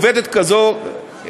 עובדת כזאת,